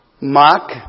Mark